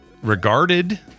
regarded